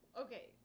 Okay